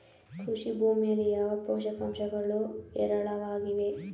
ಕೃಷಿ ಭೂಮಿಯಲ್ಲಿ ಯಾವ ಪೋಷಕಾಂಶಗಳು ಹೇರಳವಾಗಿವೆ?